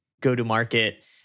go-to-market